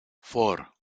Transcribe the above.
four